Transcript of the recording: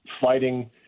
fighting